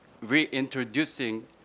reintroducing